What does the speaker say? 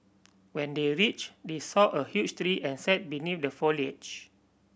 when they reached they saw a huge tree and sat beneath the foliage